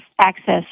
access